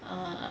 uh